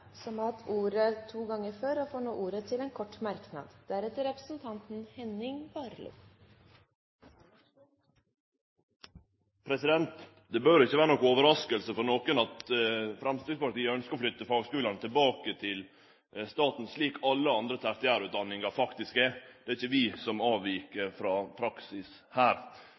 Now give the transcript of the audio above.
har hatt ordet to ganger og får ordet til en kort merknad, begrenset til 1 minutt. Det bør ikkje vere noka overrasking for nokon at Framstegspartiet ønskjer å flytte fagskulane tilbake til staten, der alle andre tertiærutdanningar faktisk er. Det er ikkje vi som avvik frå praksis her.